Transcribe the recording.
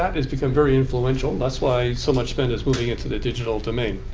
that has become very influential. that's why so much spend is moving into the digital domain.